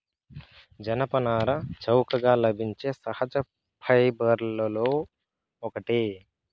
జనపనార చౌకగా లభించే సహజ ఫైబర్లలో ఒకటి